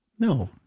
No